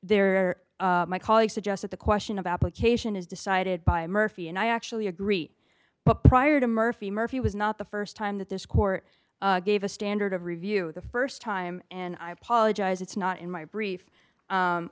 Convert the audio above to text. there my colleagues suggest that the question of application is decided by murphy and i actually agree but prior to murphy murphy was not the st time that this court gave a standard of review the st time and i apologize it's not in my brief